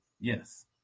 Yes